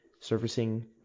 surfacing